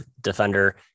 defender